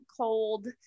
cold